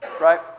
Right